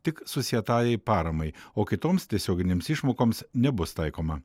tik susietajai paramai o kitoms tiesioginėms išmokoms nebus taikoma